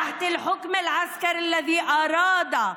תחת השלטון הצבאי,